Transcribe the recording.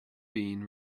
been